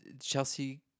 Chelsea